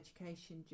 education